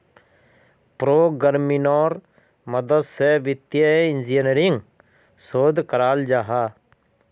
प्रोग्रम्मिन्गेर मदद से वित्तिय इंजीनियरिंग शोध कराल जाहा